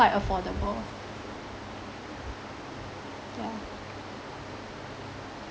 quite affordable yeah